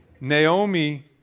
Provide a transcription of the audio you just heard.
Naomi